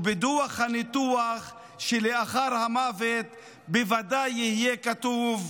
ובדוח הניתוח שלאחר המוות בוודאי יהיה כתוב: